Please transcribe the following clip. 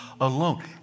alone